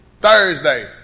Thursday